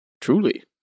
Truly